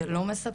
שזה לא מספק.